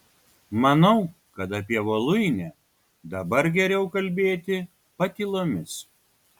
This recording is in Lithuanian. manau kad apie voluinę dabar geriau kalbėti patylomis